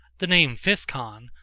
the name physcon,